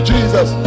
Jesus